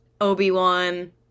Obi-Wan-